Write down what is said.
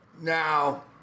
Now